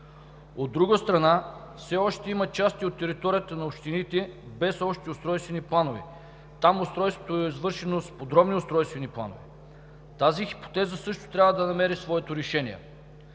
От друга страна, все още има части от територията на общините без общи устройствени планове. Там устройството е извършено с подробни устройствени планове. Тази хипотеза също трябва да намери своето решение.